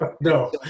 No